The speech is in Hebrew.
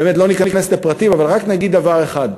ובאמת לא ניכנס לפרטים, אבל רק נגיד דבר אחד: